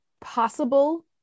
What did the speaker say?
Possible